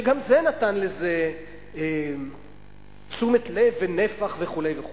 שגם זה נתן לזה תשומת לב ונפח וכו' וכו'.